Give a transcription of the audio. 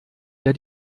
der